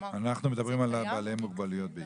אנחנו מדברים בעיקר על בעלי מוגבלויות.